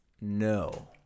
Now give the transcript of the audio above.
No